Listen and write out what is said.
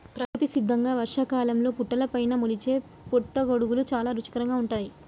ప్రకృతి సిద్ధంగా వర్షాకాలంలో పుట్టలపైన మొలిచే పుట్టగొడుగులు చాలా రుచికరంగా ఉంటాయి